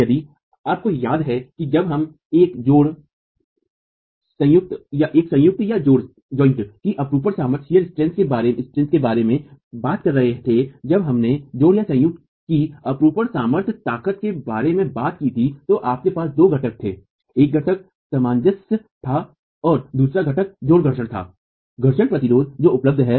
यदि आपको याद है कि जब हम एक जोड़ संयुक्त की अपरूपण सामर्थ्य के बारे में बात कर रहे थे जब हमने जोड़संयुक्त की अपरूपण सामर्थ्य ताकत के बारे में बात की थी तो आपके पास दो घटक थे एक घटक सामंजस्य था और दूसरा घटक जोड़ घर्षण था घर्षण प्रतिरोध जो उपलब्ध है